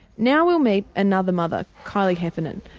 now we'll meet another mother kylie heffernan.